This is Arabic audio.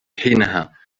حينها